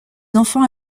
enfants